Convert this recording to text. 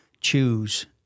choose